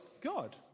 God